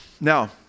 Now